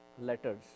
letters